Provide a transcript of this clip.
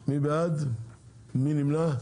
מי נמנע?